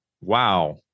wow